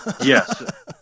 Yes